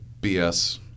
BS